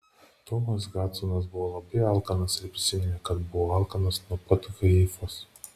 tomas hadsonas buvo labai alkanas ir prisiminė kad buvo alkanas nuo pat haifos